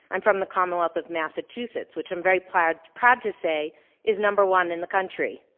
i'm from the common wealth of massachusetts. which i'm very proud proud to say is number one in the country.